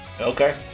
okay